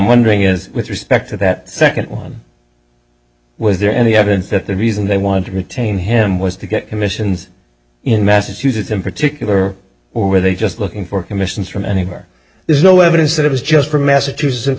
wondering is with respect to that second one was there any evidence that the reason they wanted to retain him was to get commissions in massachusetts in particular or were they just looking for commissions from anywhere there's no evidence that it was just for massachusetts